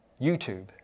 YouTube